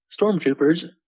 stormtroopers